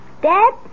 Dad